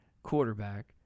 quarterback